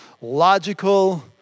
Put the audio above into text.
logical